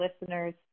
listeners